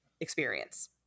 experience